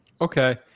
Okay